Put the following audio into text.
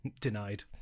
denied